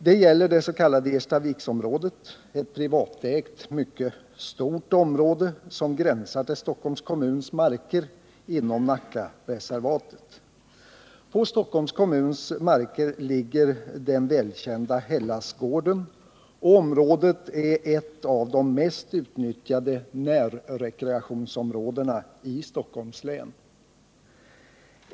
Det gäller det s.k. Erstaviksområdet, ett privatägt, mycket stort område som gränsar till Stockholms kommuns marker inom Nackareservatet. På Stockholms kommuns marker ligger den välkända Hellasgården, och området är ett av de mest utnyttjade närrekreationsområdena i Stockholms län.